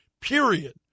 period